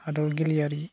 हादर गेलेयारि